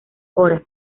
horas